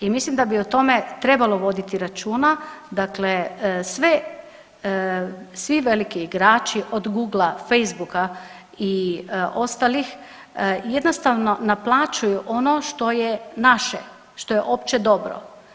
I mislim da bi o tome trebalo voditi računa, dakle svi veliki igrači od Googla, Facebooka i ostalih … jednostavno naplaćuju ono što je naše što je opće dobro.